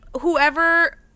Whoever